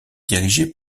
dirigée